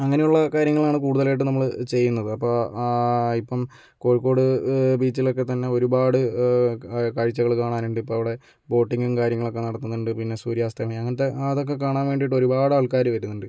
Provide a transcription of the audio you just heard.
അങ്ങനെയുള്ള കാര്യങ്ങളാണ് കൂടുതലായിട്ടും നമ്മള് ചെയ്യുന്നത് അപ്പൊ ഇപ്പം കോഴിക്കോട് ബീച്ചിലൊക്കെ തന്നെ ഒരുപാട് കാഴ്ചകൾ കാണാനുണ്ട് ഇപ്പം അവിടെ ബോട്ടിങ്ങും കാര്യങ്ങളൊക്കെ നടത്തുന്നുണ്ട് പിന്നെ സൂര്യ അസ്തമയം അങ്ങനത്തെ അതൊക്കെ കാണാൻ വേണ്ടിയിട്ട് ഒരുപാട് ആൾക്കാര് വരുന്നുണ്ട്